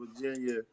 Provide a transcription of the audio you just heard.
Virginia